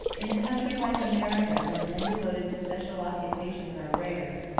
in a country like america, where men devoted to special occupations are rare,